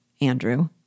Andrew